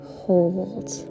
hold